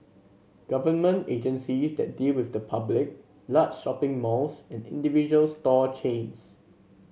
government agencies that deal with the public large shopping malls and individual store chains